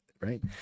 right